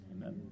Amen